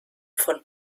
von